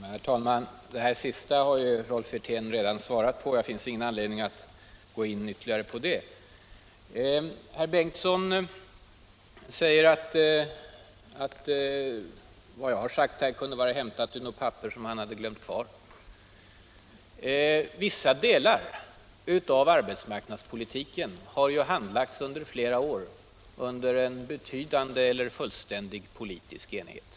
Herr talman! Det sista har Rolf Wirtén redan svarat på. Det finns ingen anledning att ytterligare gå in på det. Herr Ingemund Bengtsson i Varberg säger att vad jag har sagt kunde ha varit hämtat ur något papper som han glömt kvar. Vissa delar av ar —- Samordnad betsmarknadspolitiken har ju under flera år handlagts under en betydande = sysselsättnings och eller fullständig politisk enighet.